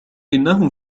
إنه